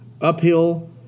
Uphill